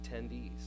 attendees